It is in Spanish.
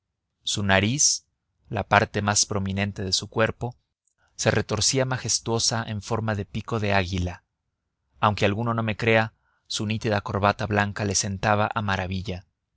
sus cabellos eran de un rubio admirable su nariz la parte más prominente de su cuerpo se retorcía majestuosa en forma de pico de águila aunque alguno no me crea su nítida corbata blanca le sentaba a maravilla